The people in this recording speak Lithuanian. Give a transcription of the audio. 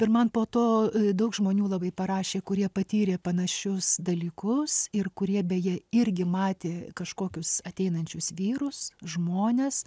ir man po to daug žmonių labai parašė kurie patyrė panašius dalykus ir kurie beje irgi matė kažkokius ateinančius vyrus žmones